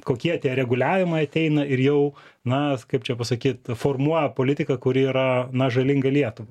kokie tie reguliavimai ateina ir jau na kaip čia pasakyt formuoja politiką kuri yra na žalinga lietuvai